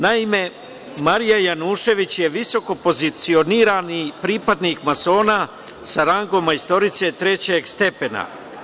Naime, Marija Janjušević je visoko pozicionirani pripadnik masona, sa rangom majstorice trećeg stepena.